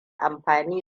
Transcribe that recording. amfani